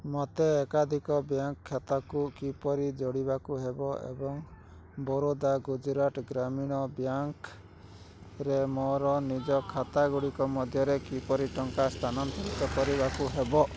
ମୋତେ ଏକାଧିକ ବ୍ୟାଙ୍କ୍ ଖାତାକୁ କିପରି ଯୋଡ଼ିବାକୁ ହେବ ଏବଂ ବରୋଦା ଗୁଜୁରାଟ ଗ୍ରାମୀଣ ବ୍ୟାଙ୍କ୍ରେ ମୋର ନିଜ ଖାତାଗୁଡ଼ିକ ମଧ୍ୟରେ କିପରି ଟଙ୍କା ସ୍ଥାନାନ୍ତରିତ କରିବାକୁ ହେବ